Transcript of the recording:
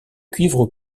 cuivre